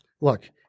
Look